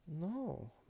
No